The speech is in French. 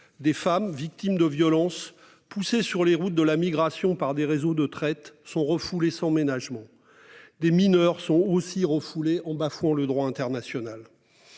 des femmes victimes de violences poussé sur les routes de la migration par des réseaux de traite sont refoulés sans ménagement. Des mineurs sont aussi refoulé en bafouant le droit international.